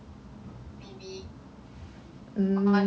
maybe or too early to say